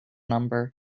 number